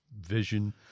vision